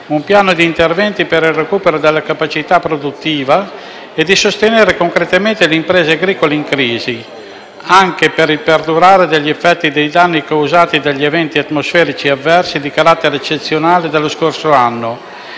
un piano di interventi per il recupero della capacità produttiva e di sostenere concretamente le imprese agricole in crisi, anche per il perdurare degli effetti dei danni causati dagli eventi atmosferici avversi di carattere eccezionale dello scorso anno